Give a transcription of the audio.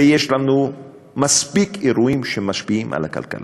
ויש לנו מספיק אירועים שמשפיעים על הכלכלה,